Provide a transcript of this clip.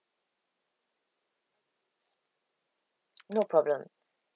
no problem